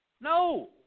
No